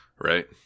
Right